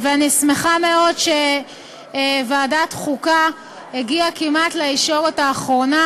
ואני שמחה מאוד שוועדת החוקה הגיעה כמעט לישורת האחרונה,